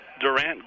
Durant